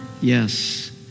Yes